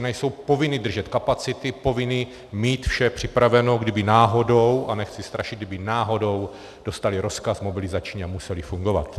Jsou povinny držet kapacity, povinny mít vše připraveno, kdyby náhodou, a nechci strašit, kdyby náhodou dostaly rozkaz mobilizační a musely fungovat.